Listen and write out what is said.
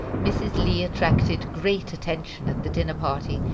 mrs. lee attracted great attention at the dinner-party,